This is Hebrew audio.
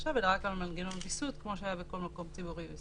עכשיו אלא זה רק מנגנון ויסות כמו שהיה בכל מקום ציבורי.